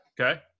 Okay